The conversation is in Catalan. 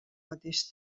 mateix